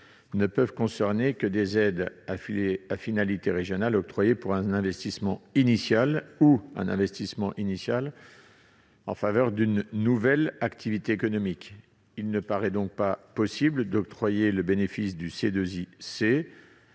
ne peuvent concerner que des aides à finalité régionale octroyées pour un investissement initial ou pour un investissement initial en faveur d'une nouvelle activité économique. Il ne paraît donc pas possible d'octroyer le bénéfice du CIIC